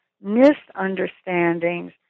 misunderstandings